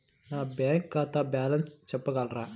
నా బ్యాంక్ ఖాతా బ్యాలెన్స్ చెప్పగలరా?